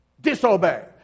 disobey